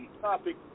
topic